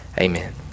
Amen